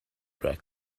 break